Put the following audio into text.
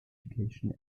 education